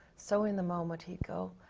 so in the moment he'd go,